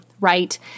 right